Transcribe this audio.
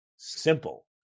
simple